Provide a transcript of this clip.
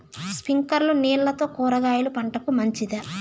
స్ప్రింక్లర్లు నీళ్లతో కూరగాయల పంటకు మంచిదా?